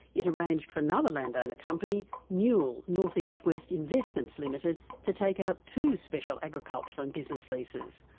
it arranged for another landowner company, newil, north east west investments limited, to take out two special agricultural and business leases.